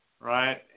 right